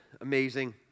Amazing